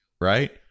right